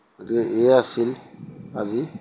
গতিকে এই আছিল আজি